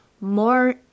more